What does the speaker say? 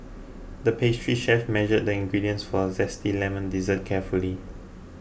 the pastry chef measured the ingredients for a Zesty Lemon Dessert carefully